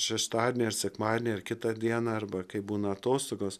šeštadienį ar sekmadienį ar kitą dieną arba kai būna atostogos